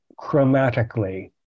chromatically